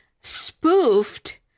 spoofed